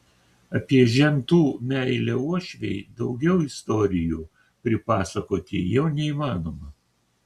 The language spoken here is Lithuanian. apie žentų meilę uošvei daugiau istorijų pripasakoti jau neįmanoma